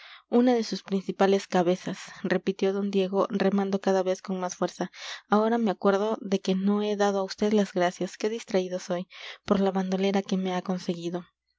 una de sus principales cabezas repitió d diego remando cada vez con más fuerza ahora me acuerdo de que no he dado a vd las gracias qué distraído soy por la bandolera que me ha conseguido